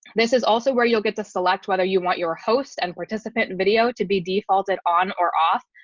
this is also where you'll get to select whether you want your host and participant and video to be defaulted on or off.